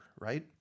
right